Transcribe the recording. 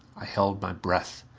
i held my breath.